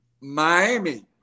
Miami